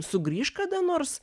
sugrįš kada nors